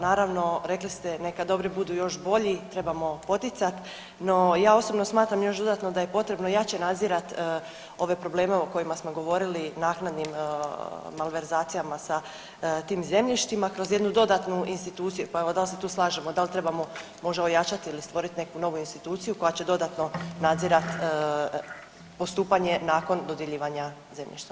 Naravno rekli ste neka dobri budu još bolji, trebamo poticat, no ja osobno smatram još dodatno da je potrebno jače nadzirat ove probleme o kojima smo govorili naknadnim malverzacijama sa tim zemljištima kroz jednu dodatnu instituciju, pa evo dal se tu slažemo, dal trebamo možda ojačat ili stvorit neku novu instituciju koja će dodatno nadzirat postupanje nakon dodjeljivanja zemljišta.